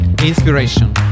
inspiration